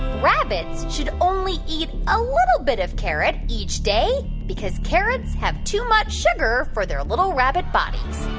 rabbits should only eat a little bit of carrot each day because carrots have too much sugar for their little rabbit bodies?